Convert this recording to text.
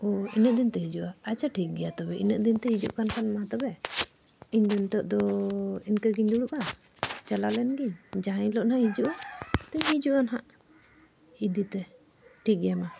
ᱚ ᱤᱱᱟᱹᱜ ᱫᱤᱱᱛᱮ ᱦᱤᱡᱩᱜᱼᱟ ᱟᱪᱪᱷᱟ ᱴᱷᱤᱠ ᱜᱮᱭᱟ ᱛᱚᱵᱮ ᱤᱱᱟᱹᱜ ᱫᱤᱱᱛᱮ ᱦᱤᱡᱩᱜ ᱠᱟᱱ ᱠᱷᱟᱱ ᱢᱟ ᱛᱚᱵᱮ ᱤᱧ ᱫᱚ ᱱᱤᱛᱳᱜ ᱫᱚ ᱤᱱᱠᱟᱹᱜᱤᱧ ᱫᱩᱲᱩᱵᱼᱟ ᱪᱟᱞᱟᱣ ᱞᱮᱱ ᱜᱤᱧ ᱡᱟᱦᱟᱸ ᱦᱤᱞᱳᱜ ᱱᱟᱜ ᱦᱤᱡᱩᱜᱼᱟ ᱛᱤᱧ ᱦᱤᱡᱩᱜᱼᱟ ᱦᱟᱸᱜ ᱤᱫᱤᱛᱮ ᱴᱷᱤᱠ ᱜᱮᱭᱟ ᱢᱟ